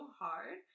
hard